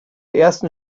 ersten